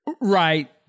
right